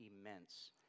immense